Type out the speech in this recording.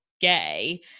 gay